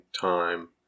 time